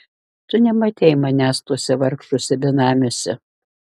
tu nematei manęs tuose vargšuose benamiuose